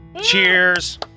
Cheers